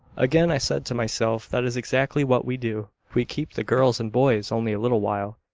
again i said to myself, that is exactly what we do. we keep the girls and boys only a little while,